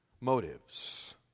motives